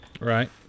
Right